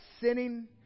sinning